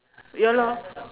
ya lor